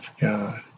God